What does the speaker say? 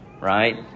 Right